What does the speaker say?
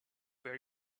where